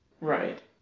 Right